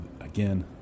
again